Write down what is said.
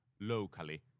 locally